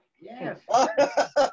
Yes